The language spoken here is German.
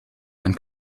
ein